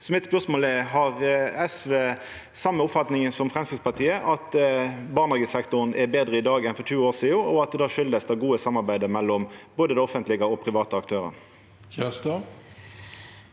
mitt er: Har SV same oppfatninga som Framstegspartiet, at barnehagesektoren er betre i dag enn for 20 år sidan, og at det kjem av det gode samarbeidet mellom både offentlege og private aktørar?